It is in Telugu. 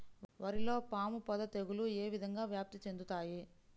వరిలో పాముపొడ తెగులు ఏ విధంగా వ్యాప్తి చెందుతాయి?